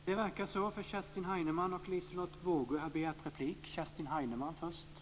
Detta är ett replikskifte mellan Kerstin Heinemann och Stig Sandström. Kerstin Heinemann får säga några avslutande ord.